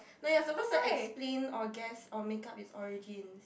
like you're supposed to explain or guess or make up its origins